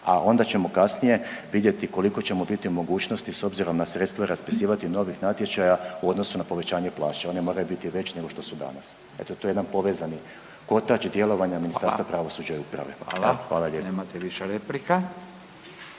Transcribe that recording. a onda ćemo kasnije vidjeti koliko ćemo biti u mogućnosti s obzirom na sredstva i raspisivati novih natječaja u odnosu na povećanje plaća. One moraju biti veće nego što su danas. Dakle, to je jedan povezani kotač djelovanja Ministarstva pravosuđa i uprave. Hvala lijepa. **Radin, Furio